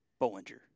Bollinger